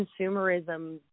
consumerism